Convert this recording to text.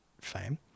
fame